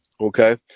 Okay